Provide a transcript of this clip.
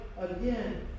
again